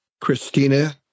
Christina